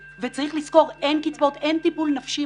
צריך לזכור שאין קצבאות, ואין טיפול נפשי.